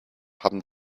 haben